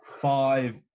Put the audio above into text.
Five